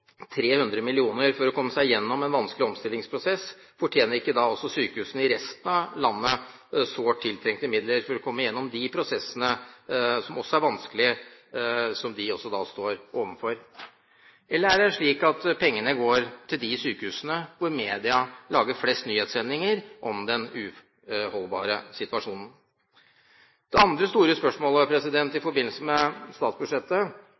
300 mill. kr for å komme seg gjennom en vanskelig omstillingsprosess, fortjener ikke da også sykehusene i resten av landet sårt tiltrengte midler for å komme gjennom de vanskelige prosessene, som de også står overfor? Eller er det slik at pengene går til de sykehusene hvor media lager flest nyhetssendinger om den uholdbare situasjonen? Det andre store spørsmålet i forbindelse med statsbudsjettet